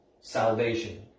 salvation